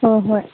ꯍꯣꯏ ꯍꯣꯏ